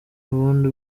ubundi